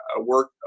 work